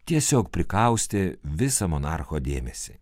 tiesiog prikaustė visą monarcho dėmesį